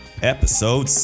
Episode